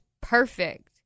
perfect